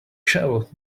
shell